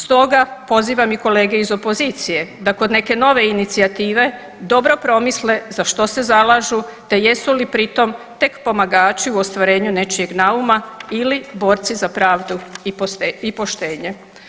Stoga pozivam i kolege iz opozicije da kod neke nove inicijative dobro promisle za što se zalažu te jesu li pritom tek pomagači u ostvarenju nečijeg nauma ili borci za pravdu i poštenje.